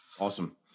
Awesome